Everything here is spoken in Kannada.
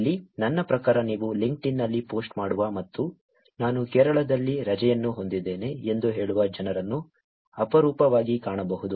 ಇಲ್ಲಿ ನನ್ನ ಪ್ರಕಾರ ನೀವು ಲಿಂಕ್ಡ್ಇನ್ನಲ್ಲಿ ಪೋಸ್ಟ್ ಮಾಡುವ ಮತ್ತು ನಾನು ಕೇರಳದಲ್ಲಿ ರಜೆಯನ್ನು ಹೊಂದಿದ್ದೇನೆ ಎಂದು ಹೇಳುವ ಜನರನ್ನು ಅಪರೂಪವಾಗಿ ಕಾಣಬಹುದು